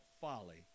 folly